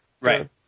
Right